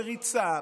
בריצה,